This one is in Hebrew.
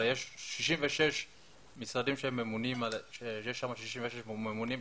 הרי יש משרדים בהם יש 66 ממונים,